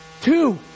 Two